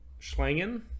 schlangen